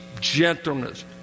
gentleness